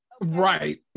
Right